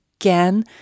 again